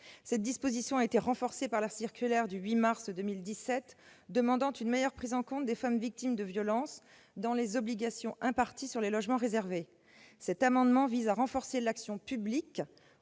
Cette disposition a été renforcée par la circulaire du 8 mars 2017 demandant une meilleure prise en compte des femmes victimes de violences dans les obligations imparties sur les logements réservés. Cet amendement vise à renforcer l'action publique